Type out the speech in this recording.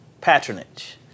patronage